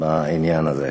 בעניין הזה.